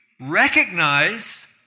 recognize